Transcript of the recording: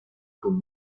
con